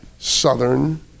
Southern